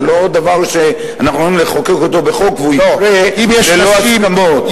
זה לא דבר שאנחנו אמורים לחוקק אותו בחוק והוא יקרה ללא הסכמות.